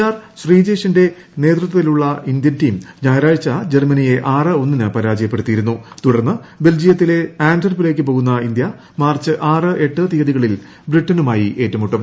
R ശ്രീജേഷിന്റെ നേതൃത്വത്തിലുള്ള Indian team ഞായറാഴ്ച ജർമനിയെ ബെൽജിയത്തിലെ ആന്റെ്വർപ്പിലേക്ക് പോകുന്ന ഇന്ത്യ മാർച്ച് ആറ് എട്ട് തീയതികളിൽ ബ്രിട്ടനുമായി ഏറ്റുമുട്ടും